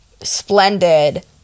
splendid